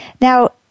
Now